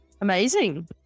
Amazing